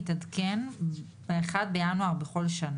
אבל הרב של המועצה חותם על תצהיר שהוא